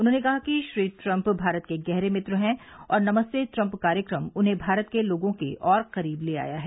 उन्होंने कहा कि श्री ट्रम्प भारत के गहरे मित्र हैं और नमस्ते ट्रम्प कार्यक्रम उन्हें भारत के लोगों के और करीब ले आया है